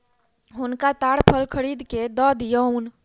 हुनका ताड़ फल खरीद के दअ दियौन